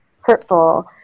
hurtful